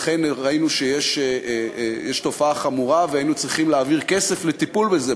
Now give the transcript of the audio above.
ואכן ראינו שיש תופעה חמורה והיינו צריכים להעביר כסף לטיפול בזה.